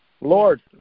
Lord